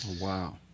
Wow